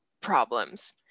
problems